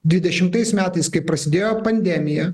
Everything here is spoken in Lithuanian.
dvidešimtais metais kai prasidėjo pandemija